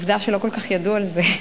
עובדה שלא כל כך ידעו על זה.